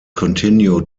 continue